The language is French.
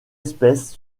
espèce